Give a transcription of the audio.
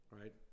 right